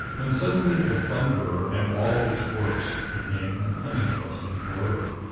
when suddenly the thunderer and all its works became an uninteresting blur.